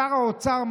שר האוצר,